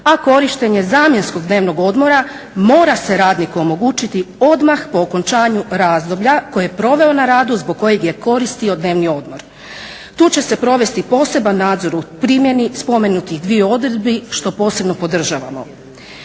a korištenje zamjenskog dnevnog odmora mora se radniku omogućiti odmah po okončanju razdoblja koje je proveo na radu zbog kojeg je koristio dnevni odmor. Tu će se provesti poseban nadzor u primjeni spomenutih dviju odredbi što posebno podržavamo.